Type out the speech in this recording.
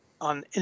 on